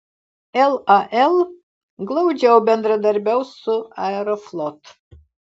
lal glaudžiau bendradarbiaus su aeroflot